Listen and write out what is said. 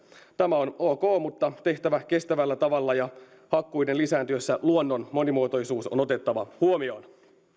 on ok mutta tehtävä kestävällä tavalla ja hakkuiden lisääntyessä luonnon monimuotoisuus on otettava huomioon